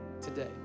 today